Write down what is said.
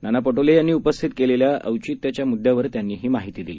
नाना पटोले यांनी उपस्थित केलेल्या औचित्याच्या मुद्द्यावर त्यांनी ही माहिती दिली